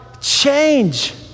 change